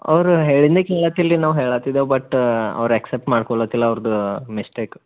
ಅವ್ರು ಹೇಳಿದ್ದನ್ನೇ ಕೇಳತಿಲ್ಲ ರೀ ನಾವು ಹೇಳತಿದೆವು ಬಟ್ ಅವ್ರು ಎಕ್ಸೆಪ್ಟ್ ಮಾಡ್ಕೊಳುತ್ತಿಲ್ಲ ಅವ್ರದ್ದು ಮಿಸ್ಟೇಕು